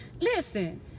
listen